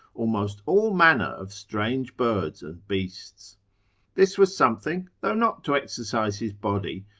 almost all manner of strange birds and beasts this was something, though not to exercise his body,